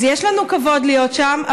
אז יש לנו הכבוד להיות שם,